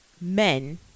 men